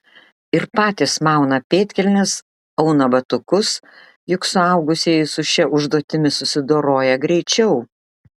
ir patys mauna pėdkelnes auna batukus juk suaugusieji su šia užduotimi susidoroja greičiau